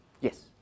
Yes